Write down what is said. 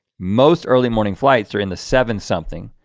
most early morning flights are in the seven something.